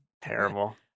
terrible